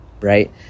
right